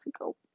ago